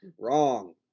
wrong